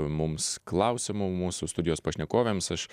mums klausimų mūsų studijos pašnekovėms aš